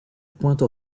pointe